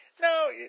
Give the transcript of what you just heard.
No